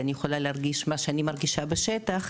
אני יכולה להרגיש מה שאני מרגישה בשטח,